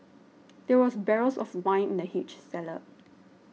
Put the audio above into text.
there were barrels of wine in the huge cellar